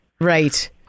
Right